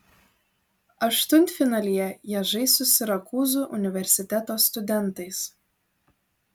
aštuntfinalyje jie žais su sirakūzų universiteto studentais